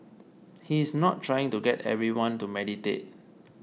he is not trying to get everyone to meditate